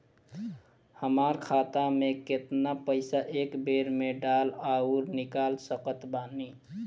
हमार खाता मे केतना पईसा एक बेर मे डाल आऊर निकाल सकत बानी?